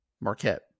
Marquette